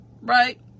right